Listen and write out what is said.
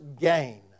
gain